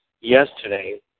yesterday